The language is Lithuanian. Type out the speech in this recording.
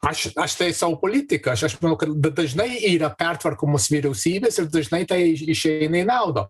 aš aš taisau politiką aš aš manau kad dažnai yra pertvarkomos vyriausybės ir dažnai tai išeina į naudą